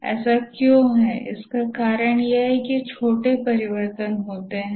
ऐसा क्यों है इसका कारण यह है कि छोटे परिवर्तन होते हैं